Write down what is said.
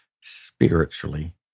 spiritually